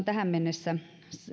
tähän mennessä